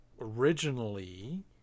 originally